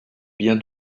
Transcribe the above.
bien